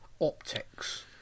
optics